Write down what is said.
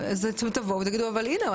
תאמרו שהנה,